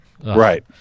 Right